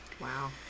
wow